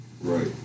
Right